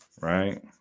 Right